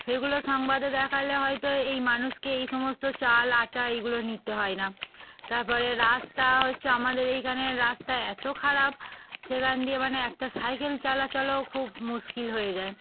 সেগুলো সংবাদে দেখালে হয়তো এই মানুষকে এই সমস্ত চাল আটা এইগুলো নিতে হয় না তারপরে রাস্তা হচ্ছে আমাদের এইখানের রাস্তা এতো খারাপ সেখান দিয়ে মানে একটা সাইকেল চালাচলেও খুব মুশকিল হয়ে যায়